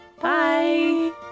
Bye